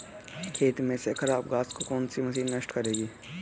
खेत में से खराब घास को कौन सी मशीन नष्ट करेगी?